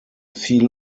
viel